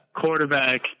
quarterback